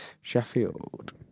Sheffield